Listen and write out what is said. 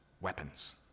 weapons